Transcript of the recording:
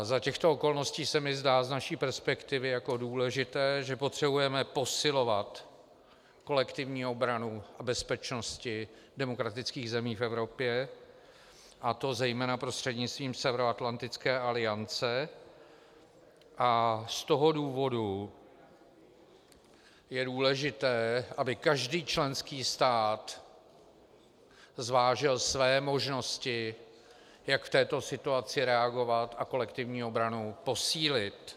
Za těchto okolností se mi zdá z naší perspektivy jako důležité, že potřebujeme posilovat kolektivní obranu a bezpečnost demokratických zemí v Evropě, a to zejména prostřednictvím Severoatlantické aliance, a z toho důvodu je důležité, aby každý členský stát zvážil své možnosti, jak v této situaci reagovat a kolektivní obranu posílit.